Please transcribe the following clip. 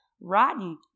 rotten